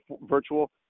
virtual